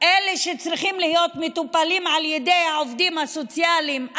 אלה שצריכים להיות מטופלים על ידי העובדים הסוציאליים,